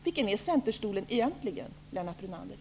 Vilken är centerstolen egentligen, Lennart Brunander?